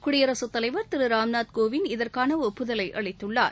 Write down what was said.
குடியரசுத் தலைவர் திரு ராம்நாத் கோவிந்த் இதற்கான ஒப்புதலை அளித்துள்ளார்